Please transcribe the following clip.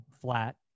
flat